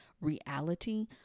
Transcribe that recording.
reality